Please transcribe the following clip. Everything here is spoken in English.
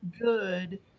good